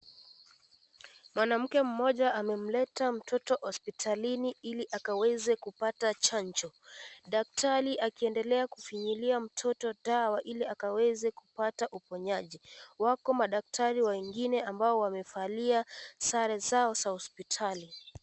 Mwanamke mmoja amemleta mtoto hospitalini ili akaweze kupata chanjo. daktari akiendela kumfinyilia mtoto dawa ili akaweze kupata uponyaji. Wako madaktari wengine ambao wamevalia sare zao za hospitali.